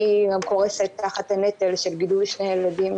אני אומרת שזכויות לא מתחלקות.